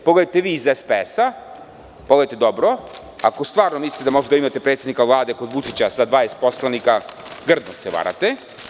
Pogledajte vi iz SPS-a, pogledajte dobro, ako stvarno mislite da možete da imate predsednika Vlade kod Vučića sa 20 poslanika, grdno se varate.